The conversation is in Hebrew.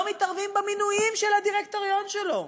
לא מתערבים במינויים של הדירקטוריון שלו.